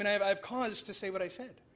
and i have i have cause to say what i said.